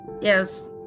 yes